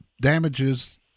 damages